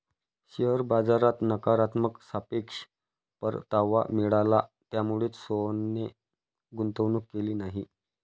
share बाजारात नकारात्मक सापेक्ष परतावा मिळाला, त्यामुळेच सोहनने गुंतवणूक केली नाही